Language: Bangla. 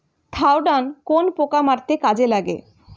থাওডান কোন পোকা মারতে কাজে লাগে?